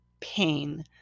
pain